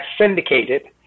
syndicated